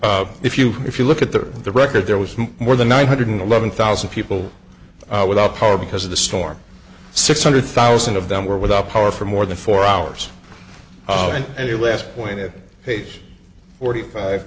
if you if you look at the the record there was more than one hundred eleven thousand people without power because of the storm six hundred thousand of them were without power for more than four hours and your last point that age forty five